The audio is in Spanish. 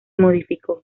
modificó